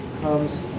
Comes